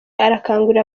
arakangurira